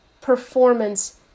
performance